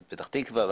בפתח תקווה.